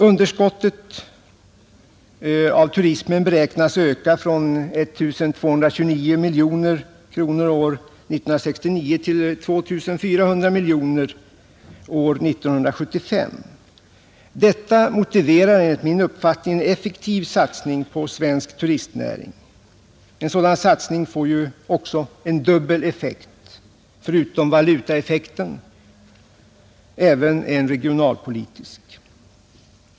Underskottet av turismen beräknas öka från 1 229 miljoner kronor år 1969 till 2 400 miljoner kronor år 1975. Detta motiverar enligt min uppfattning en effektiv satsning på svensk turistnäring. En sådan satsning får också en dubbel effekt: förutom valutaeffekten även en regionalpolitisk.